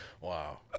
Wow